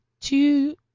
Two